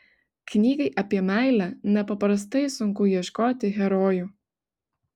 knygai apie meilę nepaprastai sunku ieškoti herojų